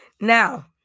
Now